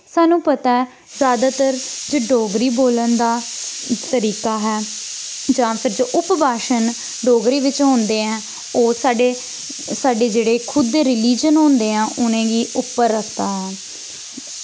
सानू पता ऐ ज्यादातर च डोगरी बोलन दा तरीका ऐ जां फिर जो उप भाशन डोगरी बिच्च होंदे ऐ ओह् साढ़े साढ़े जेह्ड़े खुद रिलिजन होंदे ऐ उ'नेंगी उप्पर रखदा ऐ